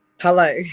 Hello